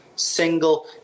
single